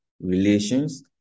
relations